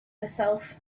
herself